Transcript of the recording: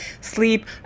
sleep